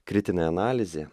kritinė analizė